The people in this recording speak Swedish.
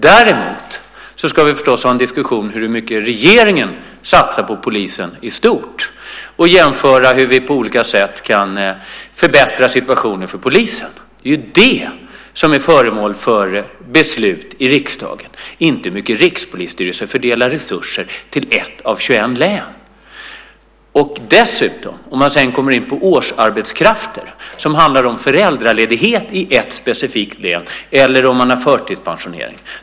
Däremot ska vi naturligtvis ha en diskussion om hur mycket regeringen satsar på polisen i stort och jämföra hur vi på olika sätt kan förbättra situationen för polisen. Det är föremål för beslut i riksdagen, inte hur mycket Rikspolisstyrelsen fördelar resurser till ett av 21 län. Om man sedan kommer in på årsarbetskrafter handlar det om föräldraledighet i ett specifikt län eller om man har förtidspensionering.